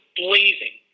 blazing